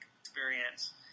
experience